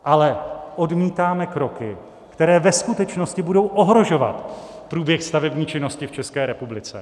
Ale odmítáme kroky, které ve skutečnosti budou ohrožovat průběh stavební činnosti v České republice.